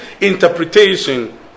interpretation